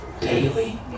daily